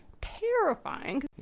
terrifying